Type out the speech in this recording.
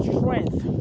Strength